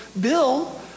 Bill